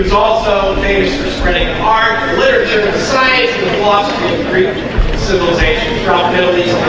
also basis running our literature science philosophy greek civilization probabilities